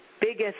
biggest